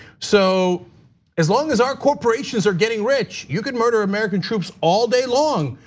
so as long as our corporations are getting rich, you can murder american troops all day long,